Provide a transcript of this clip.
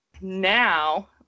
now